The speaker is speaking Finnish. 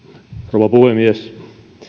rouva puhemies